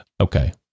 Okay